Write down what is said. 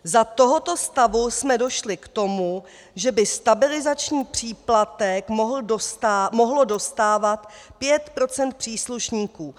Za tohoto stavu jsme došli k tomu, že by stabilizační příplatek mohlo dostávat pět procent příslušníků.